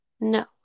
No